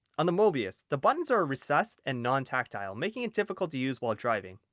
on the mobius the buttons are recessed and non-tactile, making it difficult to use while driving.